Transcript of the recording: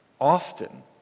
often